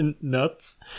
nuts